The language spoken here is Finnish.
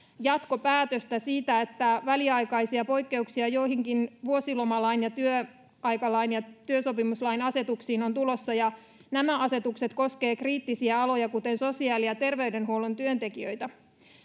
jatkopäätöstä siitä että väliaikaisia poikkeuksia joihinkin vuosilomalain ja työaikalain ja työsopimuslain asetuksiin on tulossa nämä asetukset koskevat kriittisiä aloja kuten sosiaali ja terveydenhuollon työntekijöitä